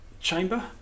chamber